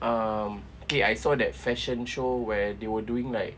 um okay I saw that fashion show where they were doing like